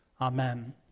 amen